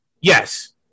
Yes